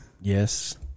Yes